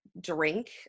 drink